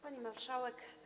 Pani Marszałek!